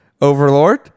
overlord